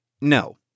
no